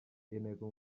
intego